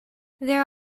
their